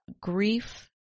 grief